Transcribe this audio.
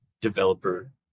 developer